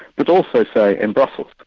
but also say, in brussels.